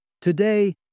Today